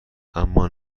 اما